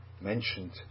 mentioned